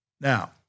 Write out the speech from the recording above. Now